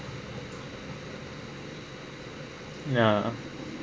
ya